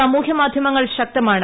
സാമൂഹൃ മാധൃമങ്ങൾ ശക്തമാണ്